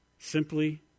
Simply